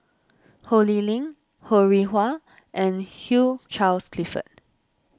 Ho Lee Ling Ho Rih Hwa and Hugh Charles Clifford